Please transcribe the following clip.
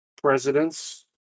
presidents